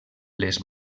les